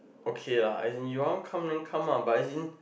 okay lah as in your come then come lah but as in